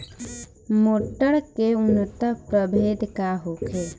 मटर के उन्नत प्रभेद का होखे?